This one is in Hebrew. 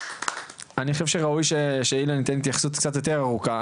אני חושב שראוי שאילן ייתן התייחסות קצת יותר ארוכה,